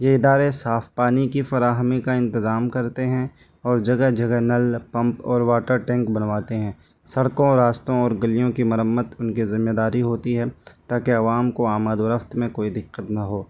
یہ ادارے صاف پانی کی فراہمی کا انتظام کرتے ہیں اور جگہ جگہ نل پمپ اور واٹر ٹینک بنواتے ہیں سڑکوں راستوں اور گلیوں کی مرمت ان کی ذمہ داری ہوتی ہے تاکہ عوام کو آماد و رفت میں کوئی دقت نہ ہو